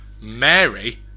Mary